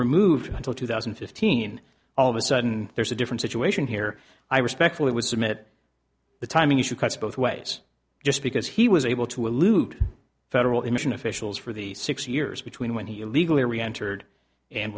removed until two thousand and fifteen all of a sudden there's a different situation here i respectfully would submit the timing issue cuts both ways just because he was able to elude federal election officials for the six years between when he illegally reentered and